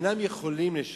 אלא אינם יכולים לשלם,